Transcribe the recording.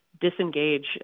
disengage